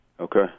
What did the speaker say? Okay